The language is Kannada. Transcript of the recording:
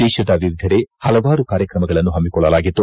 ದೇಶದ ವಿವಿಧೆಡೆ ಹಲವಾರು ಕಾರ್ಯಕ್ರಮಗಳನ್ನು ಪಮ್ಮಿಕೊಳ್ಳಲಾಗಿತ್ತು